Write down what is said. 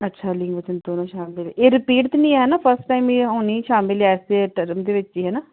ਅੱਛਾ ਲਿੰਗ ਵਚਨ ਦੋੋਨੋਂ ਸ਼ਾਮਿਲ ਇਹ ਰਿਪੀਟ ਤਾਂ ਨਹੀਂ ਹੈ ਨਾ ਫਸਟ ਟਾਈਮ ਹੀ ਹੋਣੀ ਸ਼ਾਮਿਲ ਐਸੇ ਟਰਮ ਦੇ ਵਿੱਚ ਹੀ ਹੈ ਨਾ